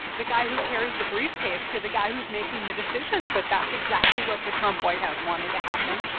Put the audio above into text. the guy who carries the briefcase to the guy who's making the decisions. but that's exactly what the trump white house wanted to happen.